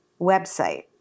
Website